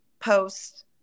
post